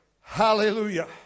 Hallelujah